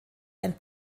ein